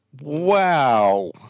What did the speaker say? Wow